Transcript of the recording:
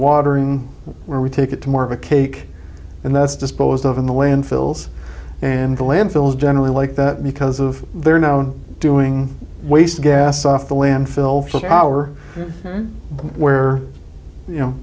watering where we take it to more of a cake and that's disposed of in the way and fills and the landfills generally like that because of their known doing waste gas off the landfill our where you know